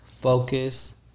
Focus